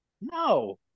No